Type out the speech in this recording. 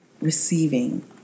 receiving